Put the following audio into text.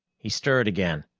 he stirred again,